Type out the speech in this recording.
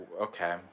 okay